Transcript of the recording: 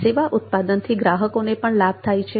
સેવાના ઉત્પાદનથી ગ્રાહકોને પણ લાભ થાય છે